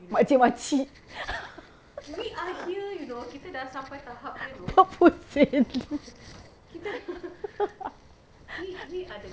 makcik makcik empat puluh sen